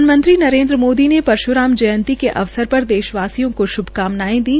प्रधानमंत्री नरेन्द्र मोदी ने परशुराम जयंती के अवसर पर देशवासियों को श्भकामनाये दी